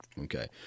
Okay